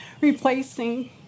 replacing